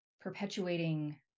perpetuating